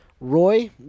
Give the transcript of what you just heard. Roy